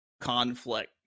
conflict